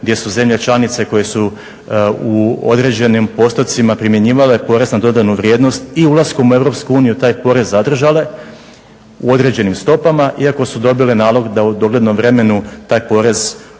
gdje su zemlje članice koje su u određenim postotcima primjenjivale PDV i ulaskom u Europsku uniju taj porez zadržale u određenim stopama iako su dobile nalog da u doglednom vremenu taj porez